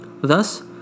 Thus